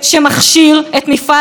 בניגוד לחוק הבין-לאומי,